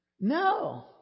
No